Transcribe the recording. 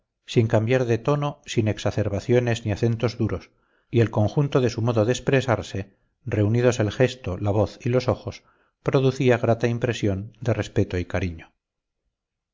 sin cambiar de tono sin exacerbaciones ni acentos duros y el conjunto de su modo de expresarse reunidos el gesto la voz y los ojos producía grata impresión de respeto y cariño